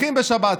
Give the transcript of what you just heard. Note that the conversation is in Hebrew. פותחים בשבת,